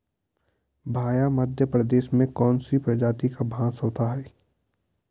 भैया मध्य प्रदेश में कौन सी प्रजाति का बांस होता है?